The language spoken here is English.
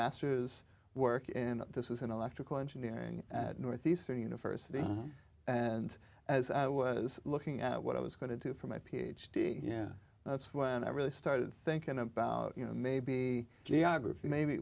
master's work and that this was an electrical engineering at northeastern university and as i was looking at what i was going to do for my ph d yeah that's when i really started thinking about you know maybe geography maybe